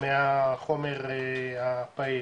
מהחומר הפעיל